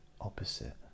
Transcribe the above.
opposite